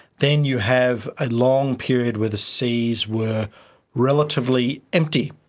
then you have a long period where the seas were relatively empty.